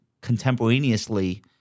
contemporaneously